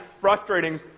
frustrating